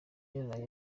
yaraye